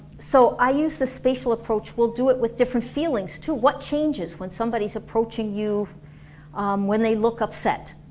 so i use the spatial approach, we'll do it with different feelings too. what changes when somebody's approaching you when they look upset